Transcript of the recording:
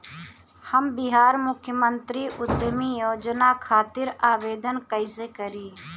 हम बिहार मुख्यमंत्री उद्यमी योजना खातिर आवेदन कईसे करी?